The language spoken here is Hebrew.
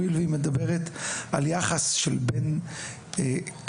הואיל והיא מדברת על יחס של בין כמות